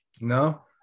No